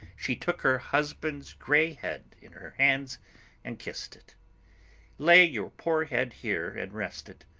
she took her husband's grey head in her hands and kissed it lay your poor head here and rest it.